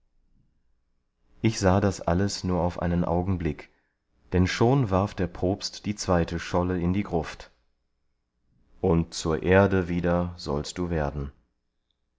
ich sah das alles nur auf einen augenblick denn schon warf der propst die zweite scholle in die gruft und zur erde wieder sollst du werden